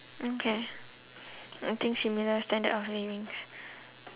okay I think similar standard of living